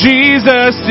Jesus